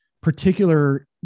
particular